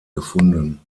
gefunden